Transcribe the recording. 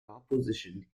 opposition